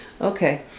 Okay